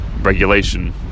regulation